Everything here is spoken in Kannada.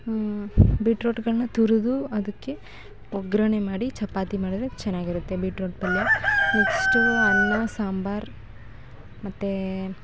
ಹಾಂ ಬೀಟ್ರೋಟ್ಗಳನ್ನ ತುರಿದು ಅದಕ್ಕೆ ಒಗ್ಗರಣೆ ಮಾಡಿ ಚಪಾತಿ ಮಾಡಿದ್ರೆ ಚೆನ್ನಾಗಿರುತ್ತೆ ಬೀಟ್ರೋಟ್ ಪಲ್ಯ ನೆಕ್ಶ್ಟು ಅನ್ನ ಸಾಂಬಾರು ಮತ್ತು